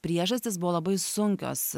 priežastys buvo labai sunkios